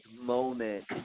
moment